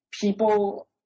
people